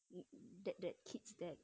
hmm that that kid's dad